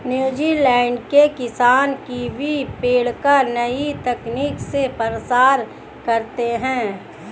New Zealand के किसान kiwi पेड़ का नई तकनीक से प्रसार करते हैं